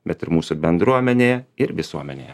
bet ir mūsų bendruomenėje ir visuomenėje